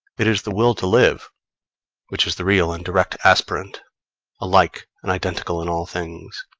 it is the will to live which is the real and direct aspirant alike and identical in all things.